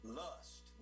lust